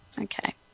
Okay